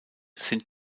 sind